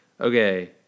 Okay